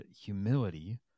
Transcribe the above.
humility